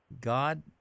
God